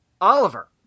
Oliver